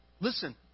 Listen